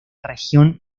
región